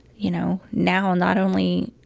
you know, now, not only